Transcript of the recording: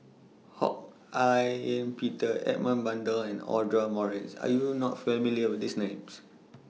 Ho Hak Ean Peter Edmund Blundell and Audra Morrice Are YOU not familiar with These Names